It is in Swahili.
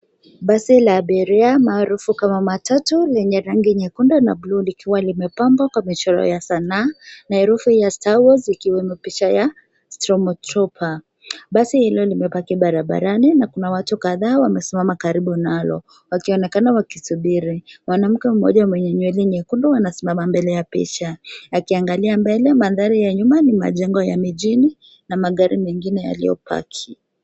Basi la abiria maarufu kama matatu, lenye rangi nyekundu na buluu likiwa limepambwa kwa michoro ya sanaa, na herufi ya starwars ikiwemo picha ya stormtropper .Basi hilo limepaki barabarani na kuna watu kadhaa wamesimama karibu nalo, wakionekana wakisubiri. Mwanamke mmoja mwenye nywele nyekundu anasimama mbele ya picha, akiangalia mbele. Mandhari ya nyuma, ni majengo ya mijini na magari mengine yaliyopaki.